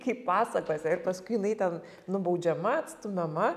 kaip pasakose ir paskui jinai ten nubaudžiama atstumiama